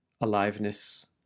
aliveness